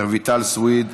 רויטל סויד.